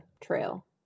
trail